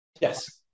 Yes